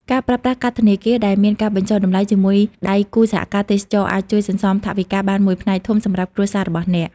ការប្រើប្រាស់កាតធនាគារដែលមានការបញ្ចុះតម្លៃជាមួយដៃគូសហការទេសចរណ៍ អាចជួយសន្សំថវិកាបានមួយផ្នែកធំសម្រាប់គ្រួសាររបស់អ្នក។